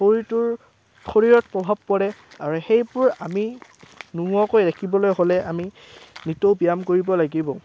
শৰীৰটোৰ শৰীৰত প্ৰভাৱ পৰে আৰু সেইবোৰ আমি নোহোৱাকৈ ৰাখিবলৈ হ'লে আমি নিতৌ ব্যায়াম কৰিব লাগিব